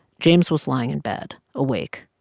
james was lying in bed, awake.